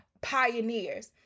pioneers